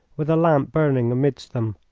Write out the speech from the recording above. with a lamp burning amidst them.